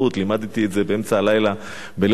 ולימדתי את זה באמצע הלילה בליל שבועות,